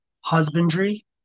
husbandry